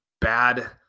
bad